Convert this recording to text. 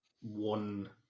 one